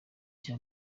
cya